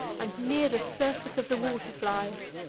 and near the surface of the water flies,